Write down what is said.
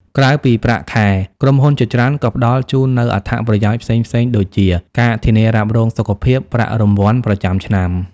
ក្រៅពីប្រាក់ខែ ក្រុមហ៊ុនជាច្រើនក៏ផ្តល់ជូននូវ អត្ថប្រយោជន៍ផ្សេងៗដូចជា ការធានារ៉ាប់រងសុខភាព ប្រាក់រង្វាន់ប្រចាំឆ្នាំ។